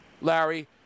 Larry